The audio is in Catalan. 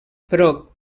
però